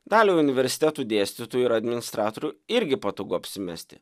daliai universitetų dėstytojų ir administratorių irgi patogu apsimesti